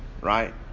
right